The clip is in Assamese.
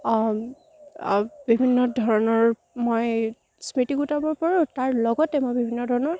বিভিন্ন ধৰণৰ মই স্মৃতি গোটাব পাৰোঁ তাৰ লগতে মই বিভিন্ন ধৰণৰ